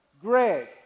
Greg